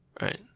Right